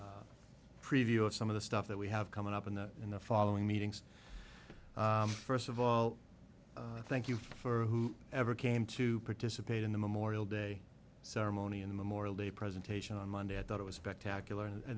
preview of some of the stuff that we have coming up in the in the following meetings first of all thank you for who ever came to participate in the memorial day ceremony in the memorial day presentation on monday i thought it was